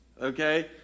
Okay